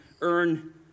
earn